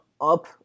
up